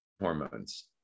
hormones